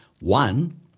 One